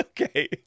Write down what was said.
okay